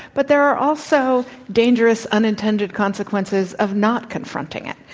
but there are also dangerous unintended consequences of not confronting it.